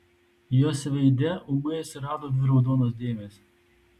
jos veide ūmai atsirado dvi raudonos dėmės